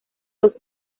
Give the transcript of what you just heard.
los